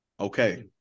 Okay